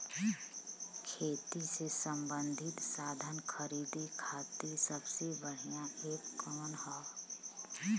खेती से सबंधित साधन खरीदे खाती सबसे बढ़ियां एप कवन ह?